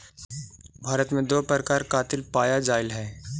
भारत में दो प्रकार कातिल पाया जाईल हई